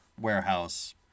warehouse